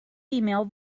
female